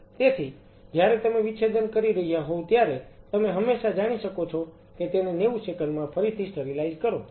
તેથી જ્યારે તમે વિચ્છેદન કરી રહ્યા હોવ ત્યારે તમે હંમેશા જાણી શકો છો કે તેને 90 સેકંડ માં ફરીથી સ્ટરીલાઈઝ કરો